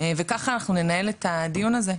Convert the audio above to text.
ככה אנחנו ננהל את הדיון הזה,